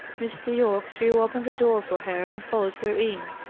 mr. yorke threw open the door for her, and followed her in.